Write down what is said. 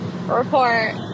Report